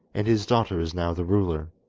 and his daughter is now the ruler